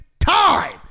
Time